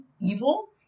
evil